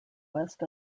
west